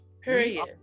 period